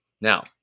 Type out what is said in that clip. Now